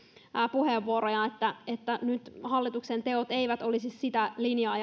puheenvuoroja että nyt hallituksen teot eivät olisi jatkamassa sitä linjaa